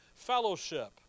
Fellowship